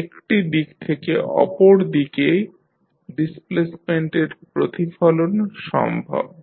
একটি দিক থেকে অপর দিকে ডিসপ্লেসমেন্টের প্রতিফলন সম্ভব